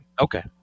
Okay